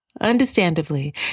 Understandably